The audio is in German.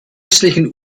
östlichen